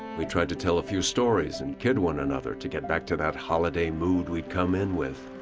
we tried to tell a few stories and kid one another to get back to that holiday mood we'd come in with.